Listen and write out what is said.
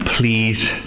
Please